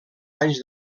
anys